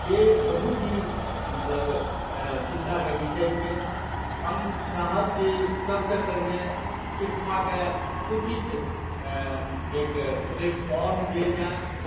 जे बहुत ही मतलब चिन्ताके विषय छियै हम चाहब कि सभसँ पहिने शिक्षाकेँ उचित एक प्लेटफॉर्म देल जाय